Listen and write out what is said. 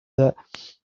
that